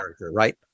Right